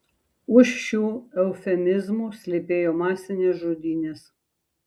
už šių eufemizmų slypėjo masinės žudynės